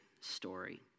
story